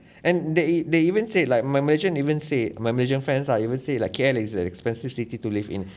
and they they even say it like my malaysian even say my malaysian friends lah even say like K_L is a expensive city to live in